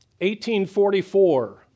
1844